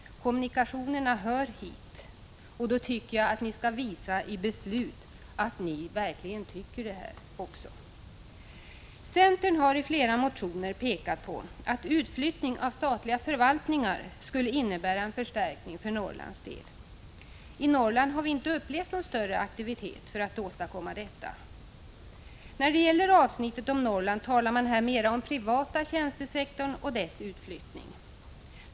Kommunikationerna hör hit. Då tycker jag att ni i beslut skall visa att ni verkligen tycker detta. Centern har i flera motioner pekat på att utflyttning av statliga förvaltningar skulle innebära en förstärkning för Norrlands del. I Norrland har vi inte upplevt någon större aktivitet för att åstadkomma detta. I avsnittet om Norrland talar man mer om den privata tjänstesektorn och dess utflyttning.